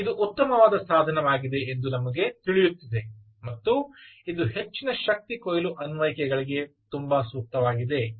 ಆದ್ದರಿಂದ ಇದು ಉತ್ತಮವಾದ ಸಾಧನವಾಗಿದೆ ಎಂದು ನಮಗೆ ತಿಳಿಯುತ್ತಿದೆ ಮತ್ತು ಇದು ಹೆಚ್ಚಿನ ಶಕ್ತಿ ಕೊಯ್ಲು ಅನ್ವಯಿಕೆಗಳಿಗೆ ತುಂಬಾ ಸೂಕ್ತವಾಗಿದೆ